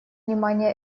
внимание